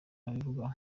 abivuga